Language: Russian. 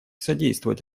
содействовать